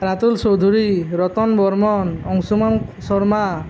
Ratul Choudhury Ratan Barman Anshuman Sharma